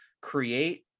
create